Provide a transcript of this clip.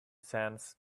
sands